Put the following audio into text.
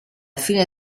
fine